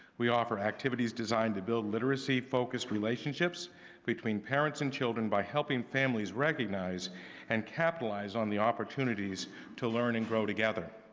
we offer activities designed to build literacy-focused relationships between parents and children by helping families recognize and capitalize on the opportunities to learn and grow together.